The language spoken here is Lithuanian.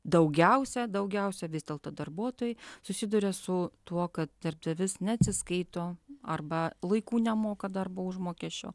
daugiausia daugiausia vis dėlto darbuotojai susiduria su tuo kad darbdavys neatsiskaito arba laiku nemoka darbo užmokesčio